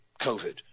COVID